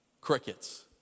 Crickets